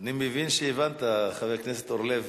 אני מבין שהבנת, חבר הכנסת אורלב,